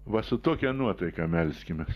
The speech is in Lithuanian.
va su tokia nuotaika melskimės